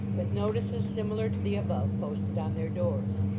with notices similar to the above posted on their doors.